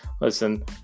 Listen